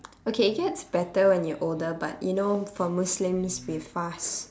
okay it gets better when you're older but you know for muslims we fast